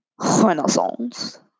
Renaissance